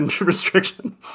restriction